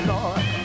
Lord